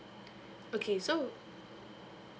okay so